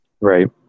Right